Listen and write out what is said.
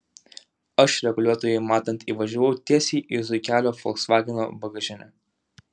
aš reguliuotojui matant įvažiavau tiesiai į zuikelio folksvageno bagažinę